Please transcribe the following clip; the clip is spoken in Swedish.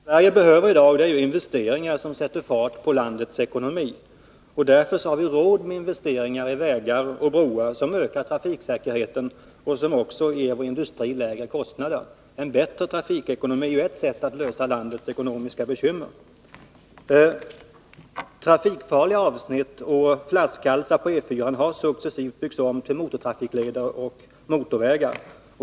Herr talman! Vad Sverige behöver i dag är investeringar som sätter fart på landets ekonomi. Därför har vi råd med investeringar i vägar och broar, som ökar trafiksäkerheten och som också ger industrin lägre kostnader. En bättre trafikekonomi är ett sätt att lösa landets ekonomiska bekymmer. Trafikfarliga avsnitt och flaskhalsar på E 4-an har successivt byggts om till motortrafikleder och motorvägar.